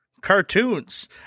cartoons